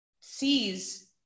sees